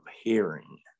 hearing